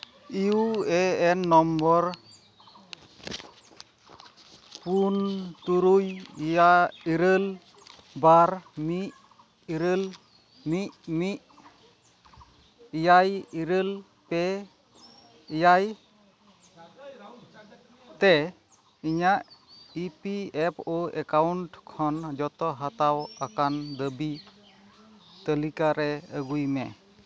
U A N number ᱯᱩᱱ ᱛᱩᱨᱩᱭ ᱮᱭᱟᱭ ᱤᱨᱟᱹᱞ ᱵᱟᱨ ᱢᱤᱫ ᱤᱨᱟᱹᱞ ᱢᱤᱫ ᱢᱤᱫ ᱮᱭᱟᱭ ᱤᱨᱟᱹᱞ ᱯᱮ ᱮᱭᱟᱭ ᱛᱮ ᱤᱧᱟᱹᱜ E P F O account ᱠᱷᱚᱱ ᱡᱚᱛᱚ ᱦᱟᱛᱟᱣ ᱟᱠᱟᱱ ᱫᱟᱹᱵᱤ ᱛᱟᱹᱞᱤᱠᱟ ᱨᱮ ᱟᱹᱜᱩᱭ ᱢᱮ